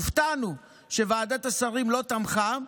הופתענו שוועדת השרים לא תמכה,